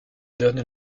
donne